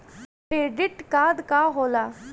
Credit card का होला?